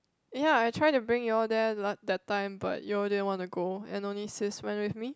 ya I try to bring you all there la~ that time but you all didn't want to go and only sis went with me